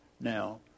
now